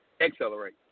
accelerate